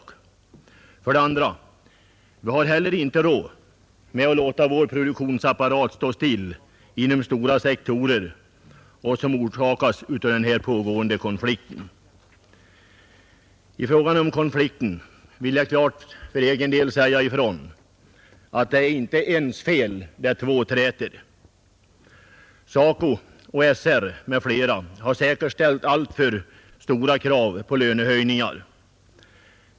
Vi har för det andra inte heller råd att låta vår produktionsapparat stå stilla inom stora sektorer på grund av den pågående konflikten. I fråga om denna konflikt vill jag för egen del klart säga ifrån att det inte är ens fel när två träter. SACO och SR m.fl. har säkerligen ställt alltför stora krav på lönehöjningar.